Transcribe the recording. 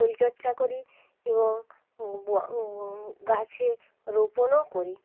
পরিচর্চা করি এবং গাছে রোপণও করি